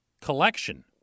collection